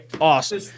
awesome